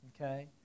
Okay